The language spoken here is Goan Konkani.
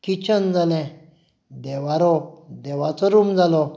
किच्छन जालें देवारो देवाचो रूम जालो